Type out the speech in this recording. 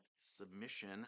submission